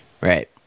Right